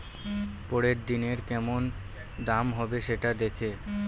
পরের দিনের কেমন দাম হবে, সেটা দেখে